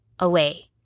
away